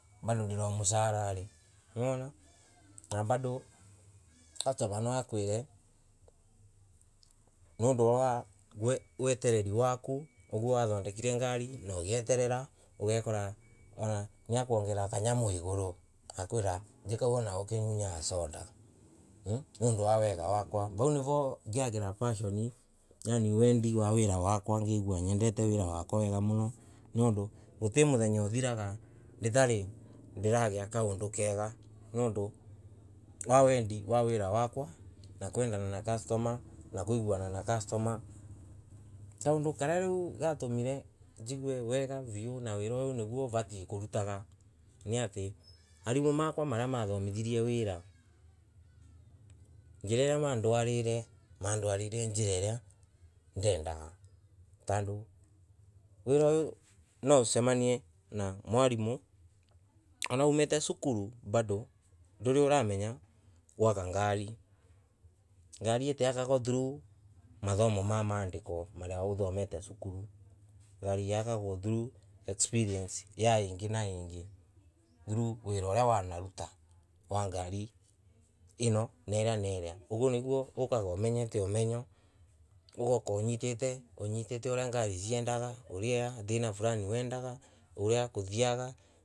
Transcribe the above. Bado ndiri ooh musarari, na bado customer nwa akwire nondowa watereri waku oguo wathondekire ngari na ugieterera ugaka nia kwangerera tanyamo igoro ogakwira thiekau anawe okanyunyaga soda, mmmh, nondo wa wega wakwa, vau nivo ngiagira passioni yaani wendi wa wira wakwa ngagua nyendete wira waka wega muno nendo guti muthenya uthiraga itari ndiragia kaondo koga nondwa wendi wa wira wakwa na kwendana na customer na kuiguana na customer, kando kariariugatomire njigue wega viu na wira uyo niguo vatia korutaga ni ati arimo makwa aria mathomithirie wira njira ira mandwarithirie mandwarire njira iria ndendaga, tandowira uyo nwa usemanie na mwalimu ona umate sukuru bado nduri uri wa menya gwaka ngari, ngari itiakagwa through mathomo ma mandiko maria othomete sukuru ngari yakagwa through wira uria wanaruta ino na iria na iria uguo naguo ukagaumete menya ugoka onytate oria ngari ciendaga oria thina flani wendago oria kothiaga.